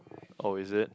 oh is it